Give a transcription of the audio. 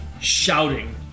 shouting